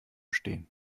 stehen